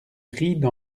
ride